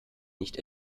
nicht